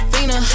Fina